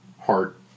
heart